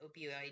opioid